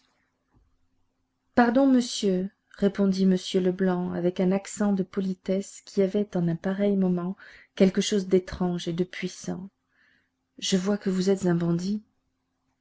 pardon monsieur répondit m leblanc avec un accent de politesse qui avait en un pareil moment quelque chose d'étrange et de puissant je vois que vous êtes un bandit